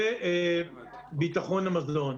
בביטחון המזון.